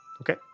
Okay